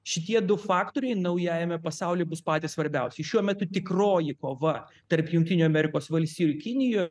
šitie du faktoriai naujajame pasauly bus patys svarbiausi šiuo metu tikroji kova tarp jungtinių amerikos valstijų ir kinijo